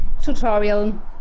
tutorial